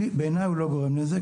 בעיניי הוא לא גורם נזק.